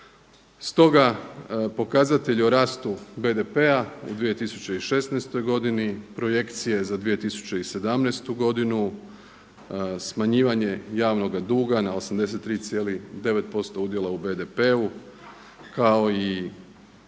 Stoga, pokazatelj o rastu BDP-a u 2016. godini, projekcije za 2017. godinu, smanjivanje javnoga duga na 83,9% udjela u BDP-u kao i